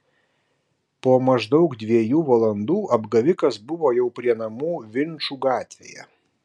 po maždaug dviejų valandų apgavikas buvo jau prie namų vinčų gatvėje